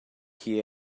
que